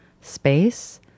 space